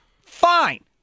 Fine